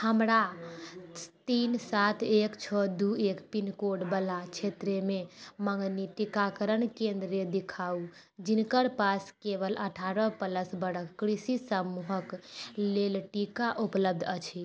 हमरा तीन सात एक छओ दू एक पिन कोड बला क्षेत्रमे मँगनी टीकाकरण केंद्र दिखाउ जिनकर पास केवल अठारह प्लस बरष कृषि समूहक लेल टीका उपलब्ध अछि